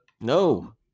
No